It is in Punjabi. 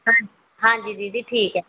ਹਾਂਜੀ ਹਾਂਜੀ ਦੀਦੀ ਠੀਕ ਹੈ